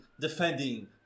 defending